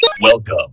welcome